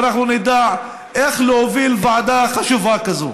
ואנחנו נדע איך להוביל ועדה חשובה כזאת.